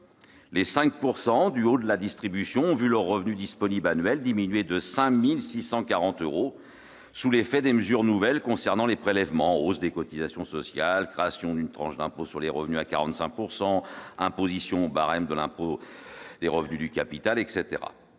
les 5 % du haut de la distribution ont vu leur revenu disponible annuel diminuer de 5 640 euros sous l'effet des mesures nouvelles concernant les prélèvements- hausse des cotisations sociales, création d'une tranche d'impôt sur le revenu à 45 %, imposition au barème de l'impôt sur le revenu des revenus du capital, etc.